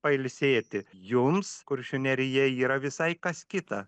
pailsėti jums kuršių nerija yra visai kas kita